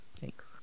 Thanks